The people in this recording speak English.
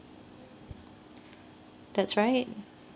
that's right